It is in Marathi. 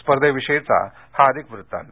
स्पर्धेविषयीचा हा अधिक वृत्तांत